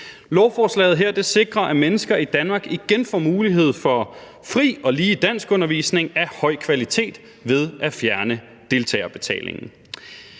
Lovforslaget her sikrer, at mennesker i Danmark igen får mulighed for fri og lige danskundervisning af høj kvalitet ved at fjerne deltagerbetalingen.